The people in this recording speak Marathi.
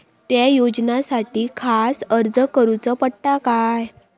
त्या योजनासाठी खास अर्ज करूचो पडता काय?